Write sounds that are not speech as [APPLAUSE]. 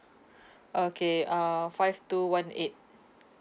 [BREATH] okay uh five two one eight